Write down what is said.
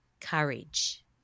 courage